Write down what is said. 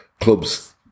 Clubs